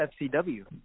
FCW